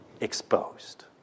exposed